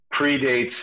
predates